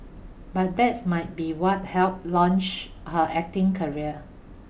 but that's might be what helped launch her acting career